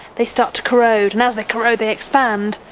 they start to corrode, and as they corrode they expand,